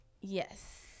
Yes